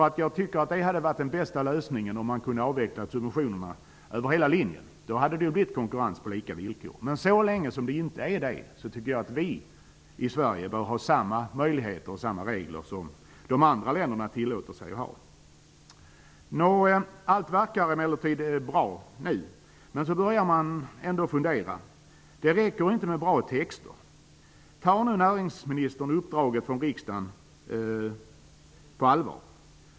Att avveckla subventionerna över hela linjen hade varit den bästa lösningen. Då hade det blivit konkurrens på lika villkor. Men så länge som det inte är det tycker jag att vi i Sverige bör ha samma möjligheter och samma regler som de andra länderna tillåter sig att ha. Med näringsutskottets skrivning verkar nu emellertid allt bra. Men så börjar man ändå fundera. Det räcker inte med bra texter. Kommer näringsministern att ta uppdraget från riksdagen på allvar?